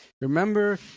remember